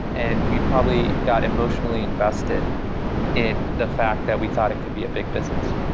and we probably got emotionally invested in the fact that we thought it could be a big business.